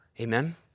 Amen